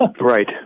Right